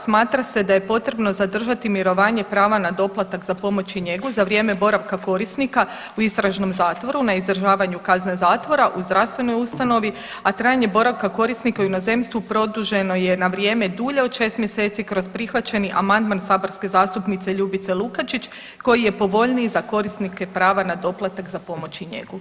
Smatra se da je potrebno zadržati mirovanje prava na doplatak za pomoć i njegu za vrijeme boravka korisnika u istražnom zatvoru, na izdržavanju kazne zatvora, u zdravstvenoj ustanovi, a trajanje boravka korisnika u inozemstvo produženo je na vrijeme dulje od 6 mjeseci kroz prihvaćeni amandman saborske zastupnice Ljubice Lukačić koji je povoljniji za korisnike prava na doplatak za pomoć i njegu.